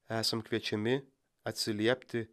esam kviečiami atsiliepti